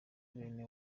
bene